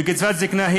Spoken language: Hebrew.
וקצבת זיקנה,